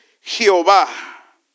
Jehová